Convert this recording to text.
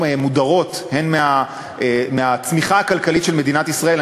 מודרות מהצמיחה הכלכלית של מדינת ישראל.